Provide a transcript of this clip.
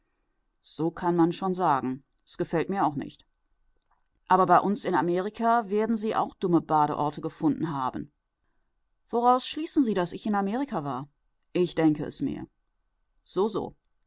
so kann man schon sagen es gefällt mir auch nicht aber bei uns in amerika werden sie auch dumme badeorte gefunden haben woraus schließen sie daß ich in amerika war ich denke es mir so so